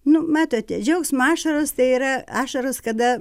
nu matote džiaugsmo ašaros tai yra ašaros kada